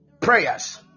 prayers